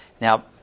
Now